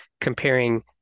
comparing